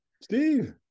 Steve